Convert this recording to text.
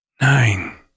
Nine